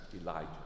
Elijah